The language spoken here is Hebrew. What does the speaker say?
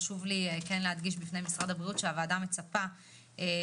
חשוב לי להדגיש בפני משרד הבריאות שהוועדה מצפה שזה